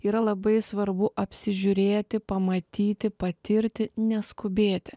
yra labai svarbu apsižiūrėti pamatyti patirti neskubėti